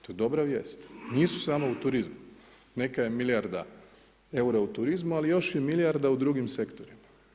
To je dobra vijest, nisu samo u turizmu, neka je milijarda eura u turizmu, ali je još je milijarda u drugim sektorima.